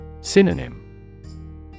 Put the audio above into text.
SYNONYM